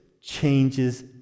changes